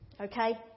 okay